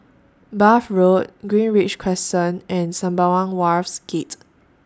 Bath Road Greenridge Crescent and Sembawang Wharves Gate